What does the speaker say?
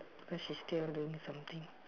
cause she's still doing something